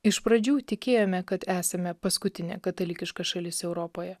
iš pradžių tikėjome kad esame paskutinė katalikiška šalis europoje